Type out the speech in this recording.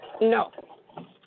No